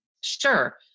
Sure